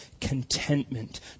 contentment